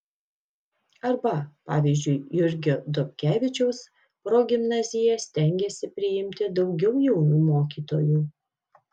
arba pavyzdžiui jurgio dobkevičiaus progimnazija stengiasi priimti daugiau jaunų mokytojų